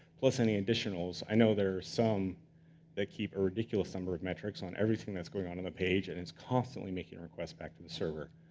plus any additionals. i know there are some that keep a ridiculous number of metrics on everything that's going on on the page, and it's constantly making requests back to the server.